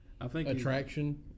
attraction